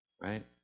Right